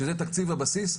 שזה תקציב הבסיס,